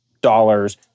dollars